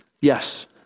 Yes